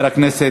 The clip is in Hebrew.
הצעות מס'